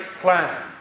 plan